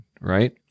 right